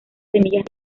semillas